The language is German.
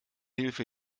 hilfe